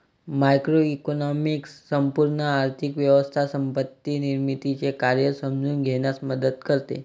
macroeconomics संपूर्ण आर्थिक व्यवस्था संपत्ती निर्मितीचे कार्य समजून घेण्यास मदत करते